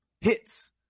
hits